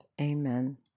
Amen